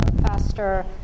faster